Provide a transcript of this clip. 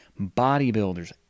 Bodybuilders